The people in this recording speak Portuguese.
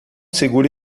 seguro